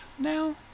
now